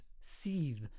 seethe